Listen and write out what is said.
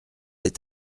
est